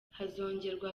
hazongerwa